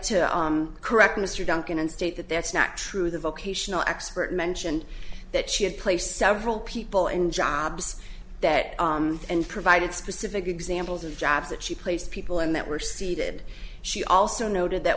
to correct mr duncan and state that that's not true the vocational expert mentioned that she had placed several people in jobs that and provided specific examples of jobs that she placed people in that were seated she also noted that